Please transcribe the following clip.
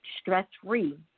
stress-free